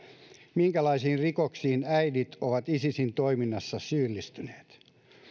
minkälaisiin rikoksiin äidit ovat isisin toiminnassa syyllistyneet